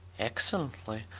excellently.